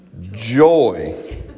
joy